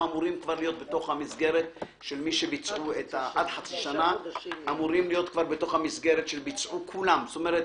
19'. בסדר.